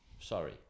sorry